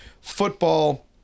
football